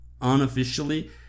unofficially